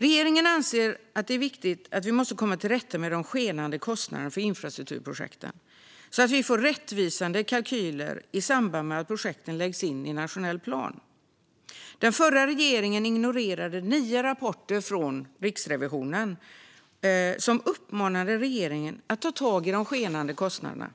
Regeringen anser att det är viktigt att vi kommer till rätta med de skenande kostnaderna för infrastrukturprojekt, så att vi får rättvisande kalkyler i samband med att projekten läggs in i nationell plan. Den förra regeringen ignorerade nio rapporter från Riksrevisionen som uppmanade regeringen att ta tag i de skenande kostnaderna.